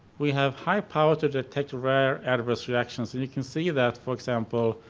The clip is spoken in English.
we have high power to detect rare adverse reactions and you can see that, for example,